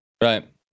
right